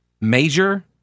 Major